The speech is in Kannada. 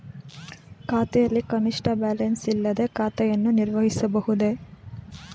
ಖಾತೆಯಲ್ಲಿ ಕನಿಷ್ಠ ಬ್ಯಾಲೆನ್ಸ್ ಇಲ್ಲದೆ ಖಾತೆಯನ್ನು ನಿರ್ವಹಿಸಬಹುದೇ?